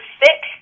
sick